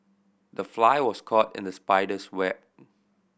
the fly was caught in the spider's web